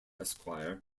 esquire